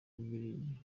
bubiligi